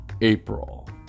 April